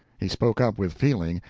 he spoke up with feeling,